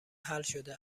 حلشده